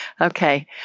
Okay